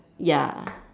ya